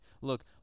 look